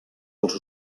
els